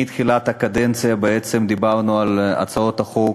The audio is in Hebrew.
מתחילת הקדנציה בעצם דיברנו על הצעות החוק,